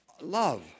Love